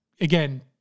again